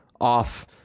off